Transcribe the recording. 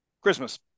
Christmas